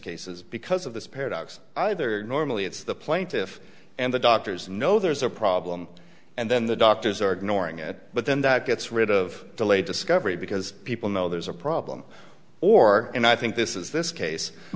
cases because of this paradox either normally it's the plaintiff and the doctors know there's a problem and then the doctors are ignoring it but then that gets rid of delayed discovery because people know there's a problem or and i think this is this case